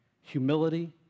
humility